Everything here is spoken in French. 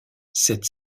cette